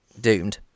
doomed